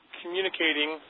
communicating